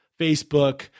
Facebook